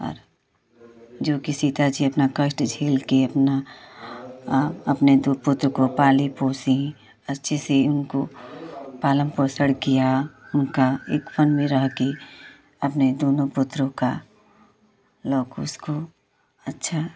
और जोकि सीता जी अपना कष्ट झेल के अपना अपने दो पुत्र को पाली पोसी अच्छे से उनको पालन पोषण किया उनका एक वन में रहकर अपने दोनों पुत्रों का लव कुसह को अच्छा